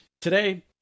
Today